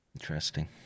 Interesting